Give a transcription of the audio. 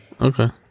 Okay